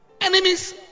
Enemies